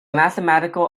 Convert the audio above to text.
mathematical